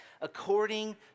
according